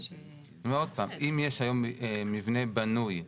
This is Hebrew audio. אם יש היום מבנה בנוי,